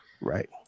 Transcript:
right